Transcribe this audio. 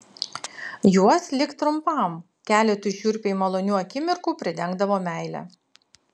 juos lik trumpam keletui šiurpiai malonių akimirkų pridengdavo meile